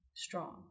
strong